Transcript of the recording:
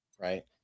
right